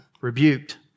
rebuked